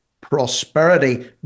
prosperity